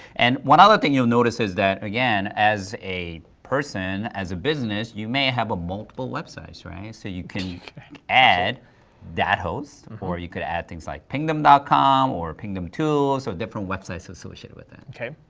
and one other thing you'll notice is that, again, as a person, as a business, you may have multiple websites, right? so you can add that host, or you can add things like pingdom dot com or pingdom too, so different websites associated with that. okay,